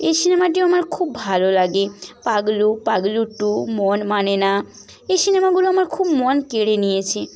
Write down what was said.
এই সিনেমাটিও আমার খুব ভালো লাগে পাগলু পাগলু টু মন মানে না এই সিনেমাগুলো আমার খুব মন কেড়ে নিয়েছে